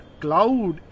cloud